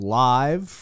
live